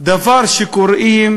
שקוראים